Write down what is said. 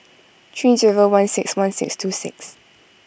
three zero one six one six two six